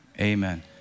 Amen